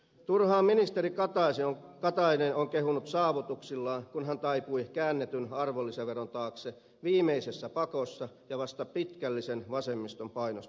turhaan ministeri katainen on kehunut saavutuksillaan kun hän taipui käännetyn arvonlisäveron taakse viimeisessä pakossa ja vasta vasemmiston pitkällisen painostuksen jälkeen